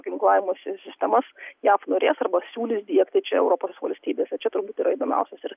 ginklavimosi sistemas jav norės arba siūlys diegti čia europos valstybėse čia turbūt yra įdomiausias ir